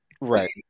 Right